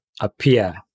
appear